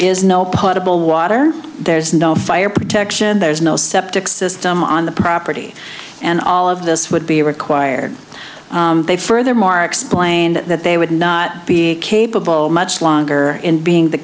is no political water there's no fire protection there is no septic system on the property and all of this would be required they furthermore explained that they would not be capable of much longer being the